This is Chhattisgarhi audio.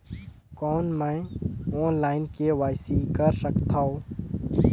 कौन मैं ऑनलाइन के.वाई.सी कर सकथव?